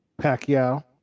Pacquiao